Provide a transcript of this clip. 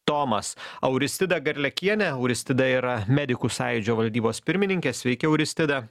tomas auristida garliakienė auristida yra medikų sąjūdžio valdybos pirmininkė sveiki auristida